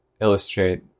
illustrate